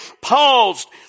paused